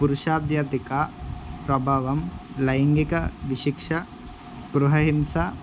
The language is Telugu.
పురుషాధిక్యత ప్రభావం లైంగిక వివక్ష గృహహింస